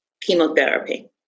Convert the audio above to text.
Chemotherapy